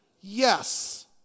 Yes